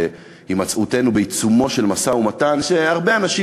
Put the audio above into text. בהימצאותנו בעיצומו של משא-ומתן שהרבה אנשים